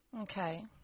Okay